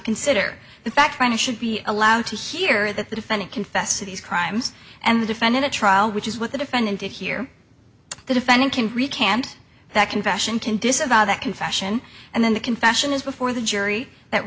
consider the fact trying to should be allowed to hear that the defendant confessed to these crimes and the defendant a trial which is what the defendant did here the defendant can recant that confession can disavow that confession and then the confession is before the jury that